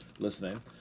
listening